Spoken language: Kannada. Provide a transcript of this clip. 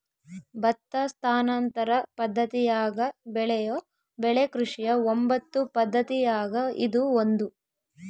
ಭತ್ತ ಸ್ಥಾನಾಂತರ ಪದ್ದತಿಯಾಗ ಬೆಳೆಯೋ ಬೆಳೆ ಕೃಷಿಯ ಒಂಬತ್ತು ಪದ್ದತಿಯಾಗ ಇದು ಒಂದು